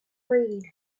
read